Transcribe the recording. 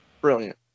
Brilliant